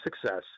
success